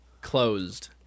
closed